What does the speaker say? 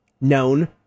known